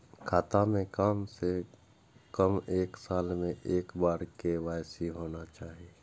खाता में काम से कम एक साल में एक बार के.वाई.सी होना चाहि?